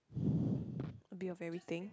a bit of everything